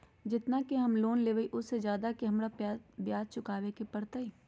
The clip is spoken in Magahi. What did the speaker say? जेतना के हम लोन लेबई ओ से ज्यादा के हमरा पैसा चुकाबे के परी?